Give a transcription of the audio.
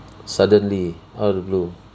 suddenly out of the blue